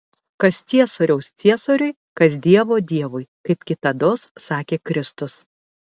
kas ciesoriaus ciesoriui kas dievo dievui kaip kitados sakė kristus